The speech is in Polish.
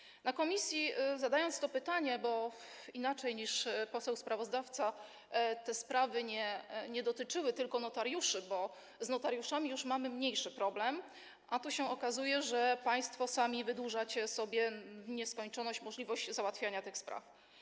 Na posiedzeniu komisji zadaliśmy te pytania, inaczej niż poseł sprawozdawca, bo te sprawy nie dotyczyły tylko notariuszy, bo z notariuszami już mamy mniejszy problem, a tu się okazuje, że państwo sami wydłużacie sobie w nieskończoność możliwość załatwiania tych spraw.